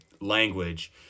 language